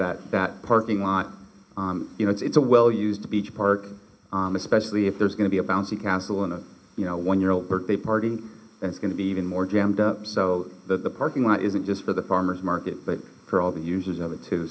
that that parking lot you know it's a well used to beach park especially if there's going to be a bouncy castle and you know when you're old birthday party it's going to be even more jammed up so that the parking lot isn't just for the farmer's market but for all the uses of it too